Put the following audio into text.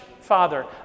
father